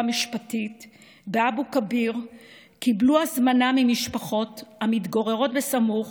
משפטית באבו כביר קיבלו הזמנה ממשפחות המתגוררות בסמוך